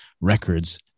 records